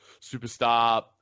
superstar